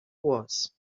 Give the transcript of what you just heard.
was